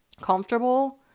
comfortable